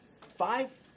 Five